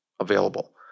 available